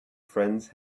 friends